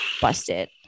Busted